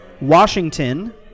Washington